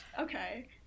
okay